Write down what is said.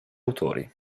autori